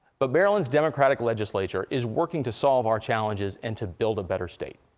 but maryland's democratic legislature is working to solve our challenges and to build a better state.